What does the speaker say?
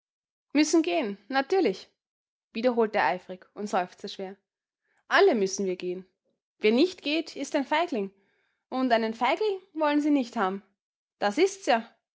müssen gehen natürlich wiederholte er eifrig und seufzte schwer alle müssen wir gehen wer nicht geht ist ein feigling und einen feigling wollen sie nicht haben das ist's ja